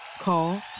Call